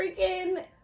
freaking